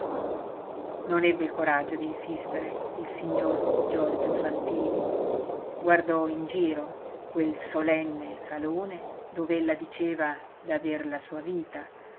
non ebbe il coraggio d'insistere il signor giorgio fantini guardò in giro quel solenne salone dov'ella diceva d'aver la sua vita